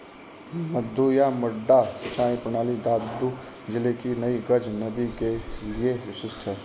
मद्दू या मड्डा सिंचाई प्रणाली दादू जिले की नई गज नदी के लिए विशिष्ट है